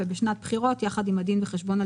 ובשנת בחירות ביחד עם הדין וחשבון על